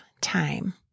time